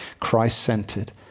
christ-centered